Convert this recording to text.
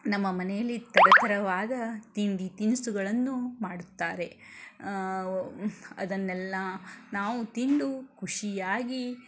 ನಮ್ಮ ಮನೆಯಲ್ಲಿ ಥರ ಥರವಾದ ತಿಂಡಿ ತಿನಿಸುಗಳನ್ನು ಮಾಡುತ್ತಾರೆ ಅದನ್ನೆಲ್ಲ ನಾವು ತಿಂದು ಖುಷಿಯಾಗಿ